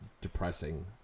depressing